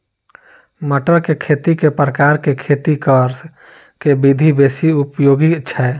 मटर केँ खेती मे केँ प्रकार केँ खेती करऽ केँ विधि बेसी उपयोगी छै?